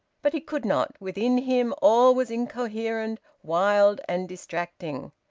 but he could not. within him all was incoherent, wild, and distracting.